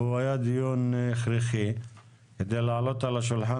והוא היה דיון הכרחי כדי להעלות על השולחן